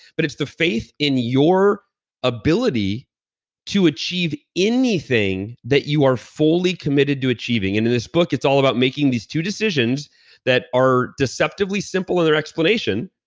but it's the faith in your ability to achieve anything that you are fully committed to achieving. and in this book, it's all about making these two decisions that are deceptively simple in their explanation,